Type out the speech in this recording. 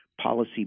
policy